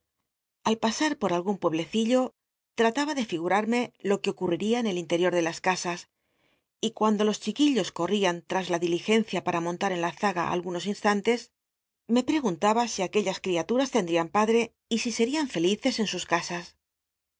al pasar por algun pueblecillo trataba de ngnr wnc lo que ocurriu en el interior de las casas y cuando los chiquillos cor'l'ian iras la diligencia rara montar en la zaga algunos instantes me preguntaba si aquellas criatums tendrían padr e y si serian felices en sus casas